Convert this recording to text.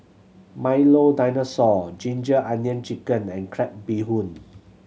Milo Dinosaur ginger onion chicken and crab bee hoon